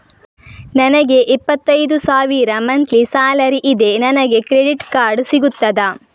ನನಗೆ ಇಪ್ಪತ್ತೈದು ಸಾವಿರ ಮಂತ್ಲಿ ಸಾಲರಿ ಇದೆ, ನನಗೆ ಕ್ರೆಡಿಟ್ ಕಾರ್ಡ್ ಸಿಗುತ್ತದಾ?